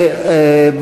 הוא חבר שלי.